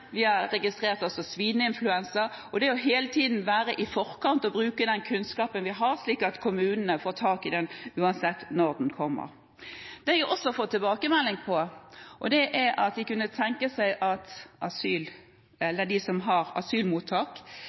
vi har også registrert svineinfluensa. En må hele tiden være i forkant og bruke den kunnskapen en har, slik at kommunene får tak i problemet, uansett når det kommer. Jeg har også fått tilbakemelding om at de som har asylmottak, kunne tenke seg å få en klar instruks om hvilken minsteinformasjon de